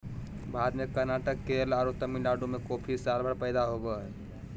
भारत में कर्नाटक, केरल आरो तमिलनाडु में कॉफी सालभर पैदा होवअ हई